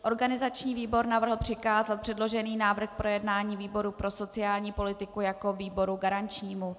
Organizační výbor navrhl přikázat předložený návrh k projednání výboru pro sociální politiku jako výboru garančnímu.